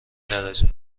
درجه